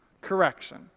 Correction